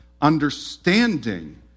understanding